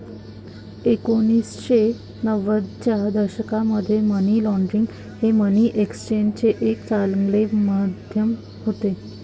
एकोणीसशे नव्वदच्या दशकापर्यंत मनी ऑर्डर हे मनी एक्सचेंजचे एक चांगले माध्यम होते